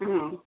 ఆ